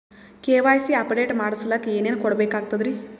KYC update ಮಾಡಸ್ಲಕ ಏನೇನ ಕೊಡಬೇಕಾಗ್ತದ್ರಿ?